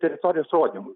teritorijos rodymui